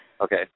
Okay